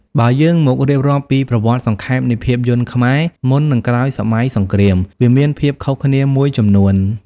បើយើងមករៀបរាប់ពីប្រវត្តិសង្ខេបនៃភាពយន្តខ្មែរ មុននិងក្រោយសម័យសង្គ្រាម វាមានភាពខុសគ្នាមួយចំនួន។